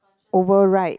override